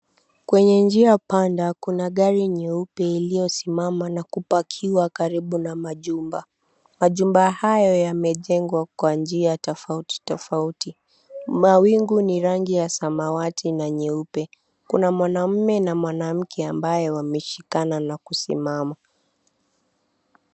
Kwenye njia panda, kuna gari nyeupe iliyosimama na kupakiwa karibu na majumba. Majumba hayo yamejengwa kwa njia tofauti tofauti. Mawingu ni rangi ya samawati na nyeupe. Kuna mwanamume na mwanamke ambaye wameshikana na kusimama.